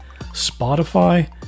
Spotify